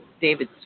David